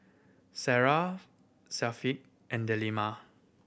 Sarah Syafiq and Delima